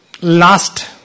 last